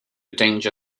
danger